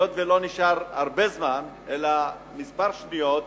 היות שלא נשאר הרבה זמן, אלא כמה שניות,